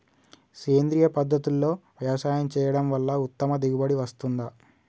సేంద్రీయ పద్ధతుల్లో వ్యవసాయం చేయడం వల్ల ఉత్తమ దిగుబడి వస్తుందా?